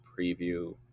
preview